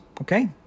okay